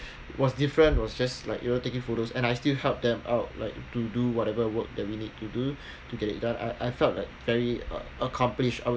was different was just like you know taking photos and I still help them out like to do whatever work that we need to do to get it done I I felt like very uh accomplished I would